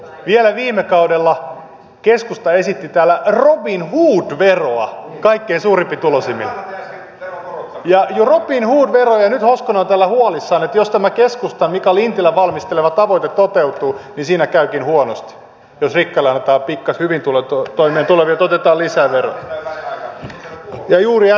vielä viime kaudella keskusta esitti täällä robinhood veroa kaikkein suurituloisimmille robinhood veroa ja nyt hoskonen on täällä huolissaan että jos tämä keskustan mika lintilän valmistelema tavoite toteutuu niin siinä käykin huonosti jos hyvin toimeentulevilta otetaan lisää veroa